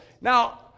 Now